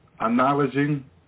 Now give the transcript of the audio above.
Acknowledging